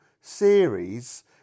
series